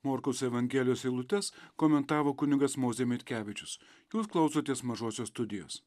morkaus evangelijos eilutes komentavo kunigas mozė mitkevičius jūs klausotės mažosios studijos